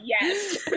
yes